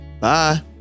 Bye